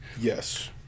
Yes